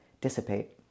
dissipate